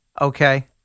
Okay